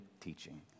teaching